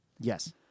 Yes